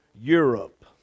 Europe